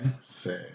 say